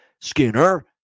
Skinner